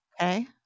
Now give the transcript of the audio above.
okay